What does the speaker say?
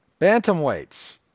bantamweights